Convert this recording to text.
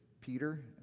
Peter